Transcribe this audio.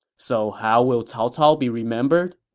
so how will cao cao be remembered?